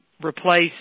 replace